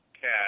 cat